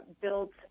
built